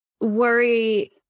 worry